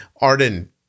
Arden